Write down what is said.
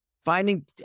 Finding